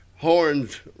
horns